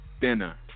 Dinner